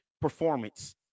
performance